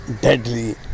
deadly